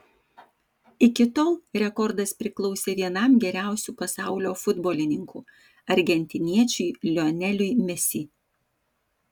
iki tol rekordas priklausė vienam geriausių pasaulio futbolininkų argentiniečiui lioneliui mesi